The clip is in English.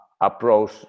approach